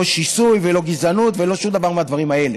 לא שיסוי ולא גזענות ולא שום דבר מהדברים האלה.